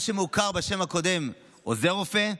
מה שמוכר בשם הקודם עוזר רופא,